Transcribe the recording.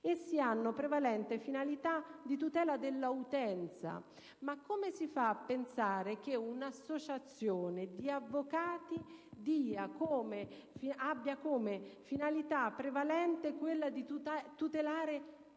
Essi hanno prevalente finalità di tutela della utenza...». Come si fa a pensare che un'associazione di avvocati abbia come finalità prevalente quella di tutelare